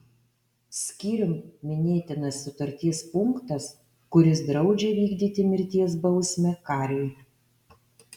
skyrium minėtinas sutarties punktas kuris draudžia vykdyti mirties bausmę kariui